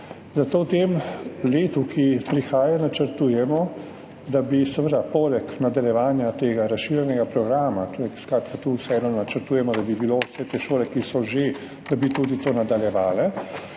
Zato v letu, ki prihaja, načrtujemo, da bi poleg nadaljevanja tega razširjenega programa – skratka, tu vseeno načrtujemo, da bi vse te šole, ki so že, to tudi nadaljevale.